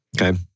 Okay